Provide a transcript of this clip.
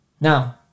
Now